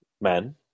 men